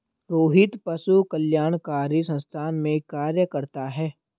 रोहित पशु कल्याणकारी संस्थान में कार्य करता है